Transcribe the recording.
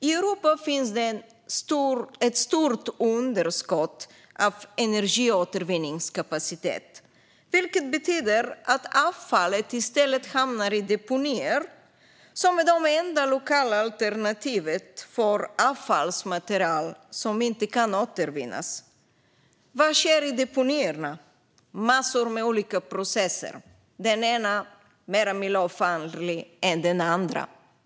I Europa finns ett stort underskott av energiåtervinningskapacitet, vilket betyder att avfallet i stället hamnar i deponier som är de enda lokala alternativen för avfallsmaterial som inte kan återvinnas. Vad sker i deponierna? En massa olika processer, den ena mer miljöfarlig än den andra.